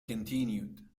continued